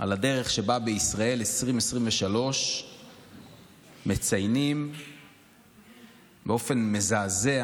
על הדרך שבה בישראל 2023 מציינים אובדן של חיילים באופן מזעזע.